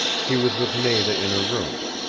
he was with nada in her room.